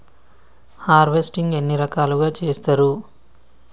Harvesting ఎన్ని రకాలుగా చేస్తరు?